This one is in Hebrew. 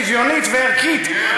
שוויונית וערכית,